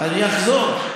אני אחזור,